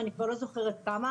אני כבר לא זוכרת כמה,